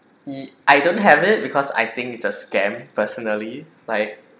i~ I don't have it because I think it's a scam personally like